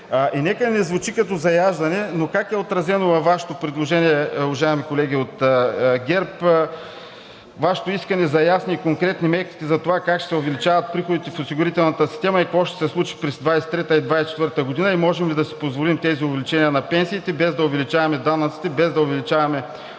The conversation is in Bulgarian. И нека не звучи като заяждане, но как е отразено във Вашето предложение, уважаеми колеги от ГЕРБ, Вашето искане за ясни и конкретни мерки за това как ще се увеличават приходите в осигурителната система и какво ще се случи през 2023-а и 2024 г. и можем ли да си позволим тези увеличения на пенсиите, без да увеличаваме данъците, без да увеличаваме